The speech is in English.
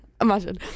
Imagine